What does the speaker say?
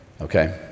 okay